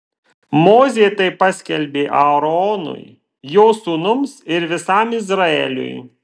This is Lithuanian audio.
mozė tai paskelbė aaronui jo sūnums ir visam izraeliui